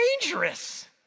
dangerous